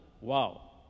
Wow